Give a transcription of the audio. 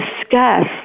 discuss